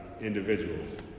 individuals